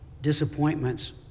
disappointments